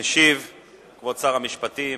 משיב כבוד שר המשפטים